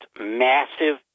massive